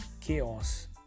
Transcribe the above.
chaos